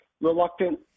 reluctant